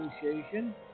Association